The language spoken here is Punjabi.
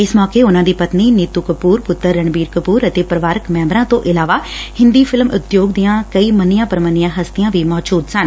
ਇਸ ਮੌਕੇ ਉਨਾਂ ਦੀ ਪਤਨੀ ਨੀਤੁ ਕਪੁਰ ਪੁੱਤਰ ਰਣਬੀਰ ਕਪੁਰ ਅਤੇ ਪਰਿਵਾਰਕ ਮੈਂਬਰਾਂ ਤੋਂ ਇਲਾਵਾ ਹਿੰਦੀ ਫਿਲਮ ਉਦਯੋਗ ਦੀਆ ਕਈ ਮੰਨੀਆ ਪ੍ਮਨੀਆ ਹਸਤੀਆ ਮੌਜੂਦ ਸਨ